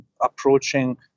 approaching